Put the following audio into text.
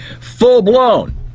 full-blown